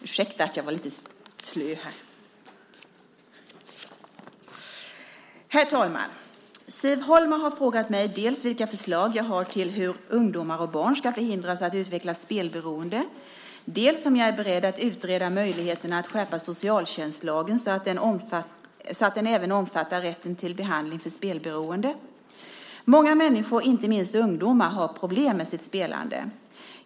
Herr talman! Siv Holma har frågat mig dels vilka förslag jag har till hur ungdomar och barn ska förhindras att utveckla spelberoende, dels om jag är beredd att utreda möjligheten att skärpa socialtjänstlagen så att den även omfattar rätten till behandling för spelberoende. Många människor, inte minst ungdomar, har problem med sitt spelande.